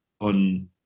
on